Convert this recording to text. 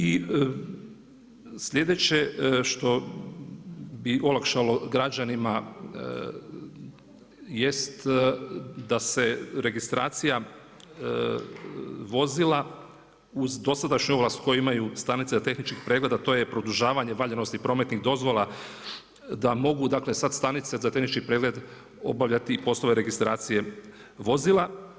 I slijedeće što bi olakšalo građanima jest da se registracija vozila uz dosadašnju ovlast koju stanice za tehnički pregled a to je produžavanje valjanosti prometnih dozvola da mogu sad stanice za tehnički pregled obavljati i poslove registracije vozila.